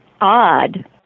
odd